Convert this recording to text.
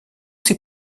ces